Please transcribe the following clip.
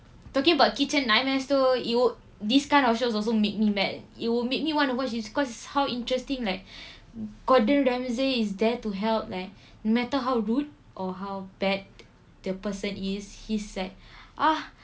talking about kitchen nightmares though it would these kind of shows also make me mad it will make me want to watch it's cause how interesting like gordon ramsay is there to help like no matter how rude or how bad the person is he's like ah